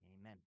amen